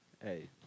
Hey